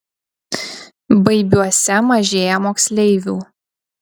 baibiuose mažėja moksleivių